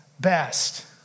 best